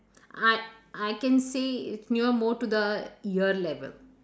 I I can say it near more to the ear level